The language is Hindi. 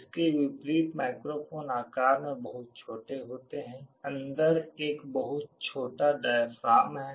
इसके विपरीत माइक्रोफोन आकार में बहुत छोटे होते हैं अंदर एक बहुत छोटा डायाफ्राम है